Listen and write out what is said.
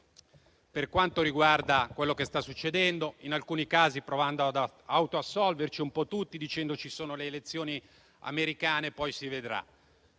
per quanto riguarda quello che sta succedendo, in alcuni casi provando ad autoassolverci tutti, dicendo che ci sono le elezioni americane e poi si vedrà.